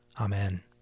Amen